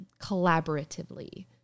collaboratively